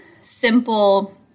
simple